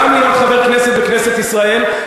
אי-אפשר להחליט גם להיות חבר כנסת בכנסת ישראל,